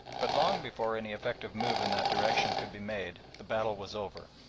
but long before any effective move in that direction could be made the battle was over,